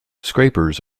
scrapers